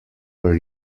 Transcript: were